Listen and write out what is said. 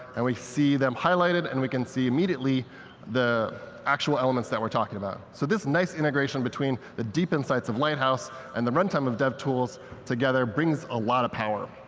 and we see them highlighted. and we can see immediately the actual elements that we're talking about. so this nice integration between the deep insights of lighthouse and the runtime of devtools together brings a lot of power.